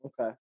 Okay